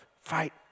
Fight